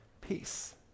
peace